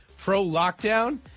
pro-lockdown